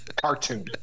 cartoon